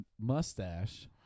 mustache